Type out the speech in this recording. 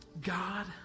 God